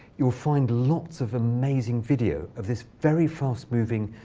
you'll find lots of amazing video of this very fast-moving,